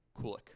kulik